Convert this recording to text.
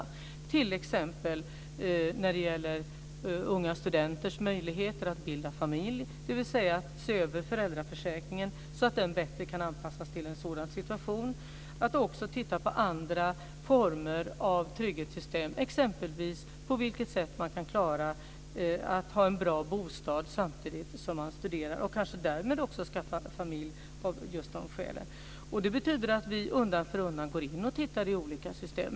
Det kan t.ex. vara unga studenters möjligheter att bilda familj, dvs. se över föräldraförsäkringen så att den bättre kan anpassas till en sådan situation, och även titta på andra former av trygghetssystem, t.ex. att ha en bra bostad samtidigt som man studerar och därmed kunna skaffa familj. Det betyder att vi undan för undan ser över olika system.